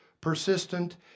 persistent